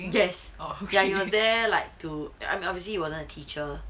yes he was there like to I mean obviously he wasn't a teacher